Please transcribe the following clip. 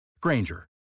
Granger